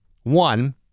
one